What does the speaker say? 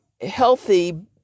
healthy